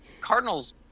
Cardinals